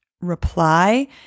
reply